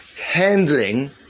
handling